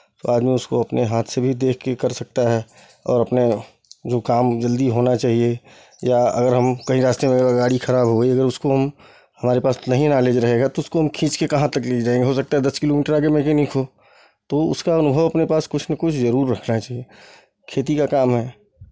तो आदमी उसको अपने हाथ से भी देख के कर सकता है और अपना जो काम जल्दी होना चाहिए या अगर हम कहीं रास्ते में अगर गाड़ी खराब हो गई अगर उसको हम हमारे पास नहीं नॉलेज रहेगा तो उसको हम खींच के कहाँ तक ले जाएँगे हो सकता है दस किलोमीटर आगे मैकेनिक हो तो उसका अनुभव अपने पास कुछ ना कुछ ज़रूर रखना चाहिए खेती का काम है